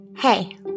Hey